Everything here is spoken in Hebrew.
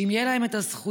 שאם יהיו להם הזכויות